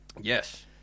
Yes